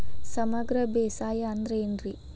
ಸಮಗ್ರ ಬೇಸಾಯ ಅಂದ್ರ ಏನ್ ರೇ?